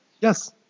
Yes